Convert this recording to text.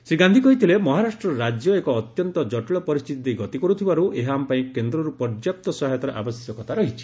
ଶ୍ରୀ ଗାନ୍ଧୀ କହିଥିଲେ ମହାରାଷ୍ଟ୍ର ରାଜ୍ୟ ଏକ ଅତ୍ୟନ୍ତ ଜଟିଳ ପରିସ୍ଥିତି ଦେଇ ଗତି କର୍ଥିବାରୁ ଏହା ପାଇଁ କେନ୍ଦ୍ରରୁ ପର୍ଯ୍ୟାପ୍ତ ସହାୟତାର ଆବଶ୍ୟକତା ରହିଛି